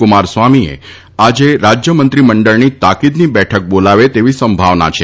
કુમારસ્વામી આજે રાજ્યમંત્રી મંડળની તાકીદની બેઠક બોલાવે તેવી સંભાવના છે